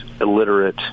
illiterate